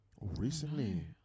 Recently